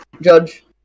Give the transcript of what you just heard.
judge